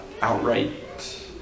outright